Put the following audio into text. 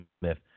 smith